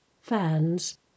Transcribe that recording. fans